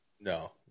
No